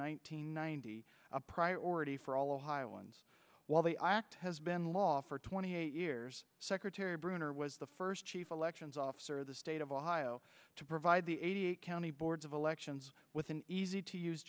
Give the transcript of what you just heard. hundred ninety a priority for all ohioans while the has been law for twenty eight years secretary bruner was the first chief elections officer of the state of ohio to provide the eighty eight county boards of elections with an easy to use